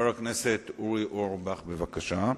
פיגוע הירי בבקעה,